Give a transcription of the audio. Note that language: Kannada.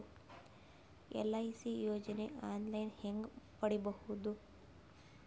ಎಲ್.ಐ.ಸಿ ಯೋಜನೆ ಆನ್ ಲೈನ್ ಹೇಂಗ ಪಡಿಬಹುದು?